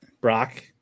Brock